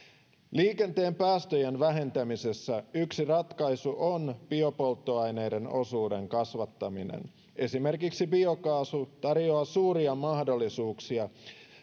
liikenteen päästöjen vähentämisessä yksi ratkaisu on biopolttoaineiden osuuden kasvattaminen esimerkiksi biokaasu tarjoaa suuria mahdollisuuksia